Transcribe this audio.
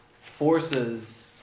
forces